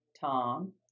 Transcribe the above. Tom